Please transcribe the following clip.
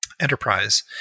enterprise